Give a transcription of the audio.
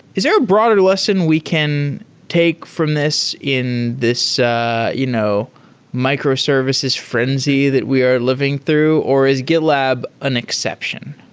is there a broader lesson we can take from this in this you know microservices frenzy that we are living through, or is gitlab an exception?